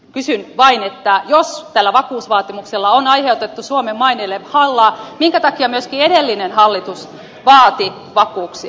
kysyn vain että jos tällä vakuusvaatimuksella on aiheutettu suomen maineelle hallaa minkä takia myöskin edellinen hallitus vaati vakuuksia